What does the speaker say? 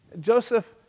Joseph